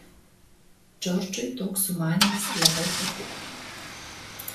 džordžui toks sumanymas labai patiktų